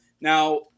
Now